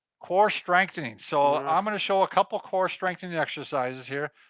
core strengthening. so i'm gonna show a couple core strengthening exercises here,